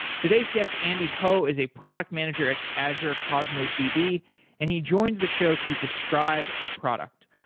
today's guest, andy hoh, is a product manager at azure cosmos db and he joins the show to describe the product.